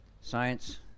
Science